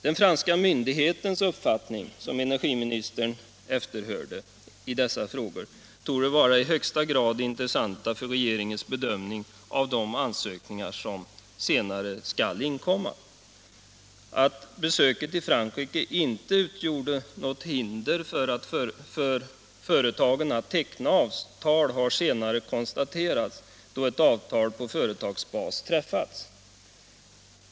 Den franska myndighetens uppfattning som energiministern efterhörde i dessa frågor torde vara i högsta grad intressant för regeringens bedömning av de ansökningar som senare skall inkomma. Att besöket i Frankrike inte utgjorde något hinder för företagen att längre fram teckna avtal har senare konstaterats, då ett avtal på företagsbas träffats.